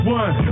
one